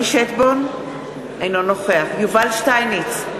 אינו נוכח יובל שטייניץ,